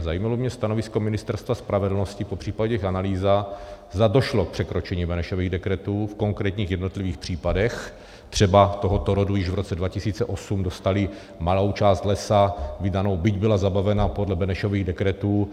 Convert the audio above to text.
Zajímalo by mě stanovisko Ministerstva spravedlnosti, popř. analýza, zda došlo k překročení Benešových dekretů v konkrétních jednotlivých případech, třeba tohoto rodu již v roce 2008: dostali malou část lesa vydanou, byť byla zabavena podle Benešových dekretů.